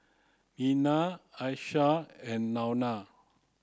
Lela Alesia and Launa